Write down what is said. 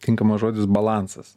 tinkamas žodis balansas